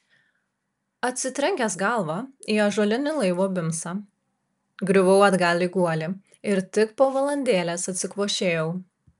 atsitrenkęs galva į ąžuolinį laivo bimsą griuvau atgal į guolį ir tik po valandėlės atsikvošėjau